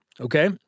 okay